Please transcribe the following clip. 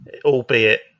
albeit